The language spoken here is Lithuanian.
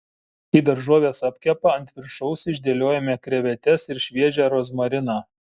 kai daržovės apkepa ant viršaus išdėliojame krevetes ir šviežią rozmariną